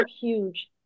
huge